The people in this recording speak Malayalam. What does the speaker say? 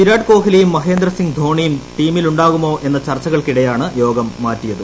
വിരാട് കോഹ്ലിയും മഹേന്ദ്രസിങ്ങ് ധോണിയും ടീമിലുണ്ടാകുമോ എന്ന ചർച്ചകൾക്കിടെയാണ് യോഗം മാറ്റിയത്